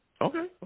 Okay